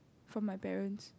from my parents